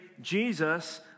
Jesus